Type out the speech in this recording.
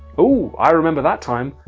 ooh, i remember that time,